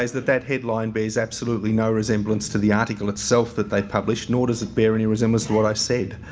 is that that headline bears absolutely no resemblance to the article itself that they publish. nor does it bear any resemblance to what i've said.